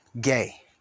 gay